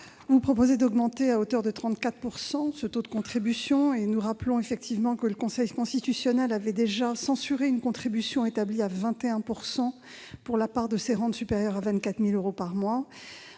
vous proposez d'augmenter à hauteur de 34 % le taux de contribution. Nous rappelons que le Conseil constitutionnel avait déjà censuré une contribution établie à 21 % pour la part des rentes supérieure à 24 000 euros par mois.